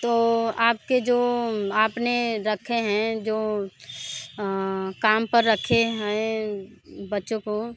तो आप के जो आप ने रखें हैं जो काम पर रखे हैं बच्चों को